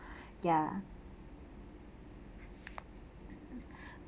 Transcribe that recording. ya